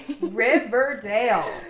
Riverdale